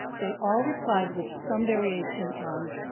they all replied with some variation on,